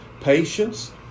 Patience